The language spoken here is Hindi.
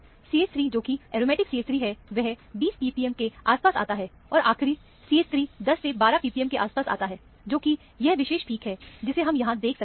CH3 जोकि एरोमेटिक CH3 है वह 20 ppm के आस पास आता है और आखरी CH3 10 से 12 ppm के आसपास आता है जोकि यह विशेष पीक है जिसे हम यहां देख सकते हैं